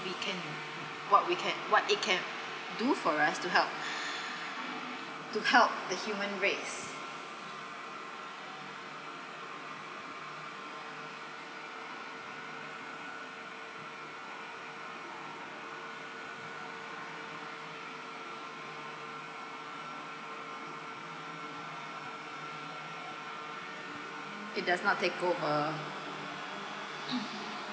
we can what we can what it can do for us to help to help the human race it does not tackle a